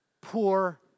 poor